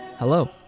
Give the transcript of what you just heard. Hello